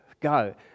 go